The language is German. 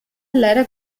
leider